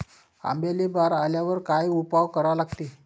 आंब्याले बार आल्यावर काय उपाव करा लागते?